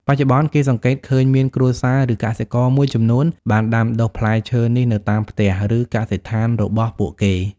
បច្ចុប្បន្ន គេសង្កេតឃើញមានគ្រួសារ ឬកសិករមួយចំនួនបានដាំដុះផ្លែឈើនេះនៅតាមផ្ទះ ឬកសិដ្ឋានរបស់ពួកគេ។